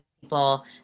people